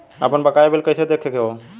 आपन बकाया बिल कइसे देखे के हौ?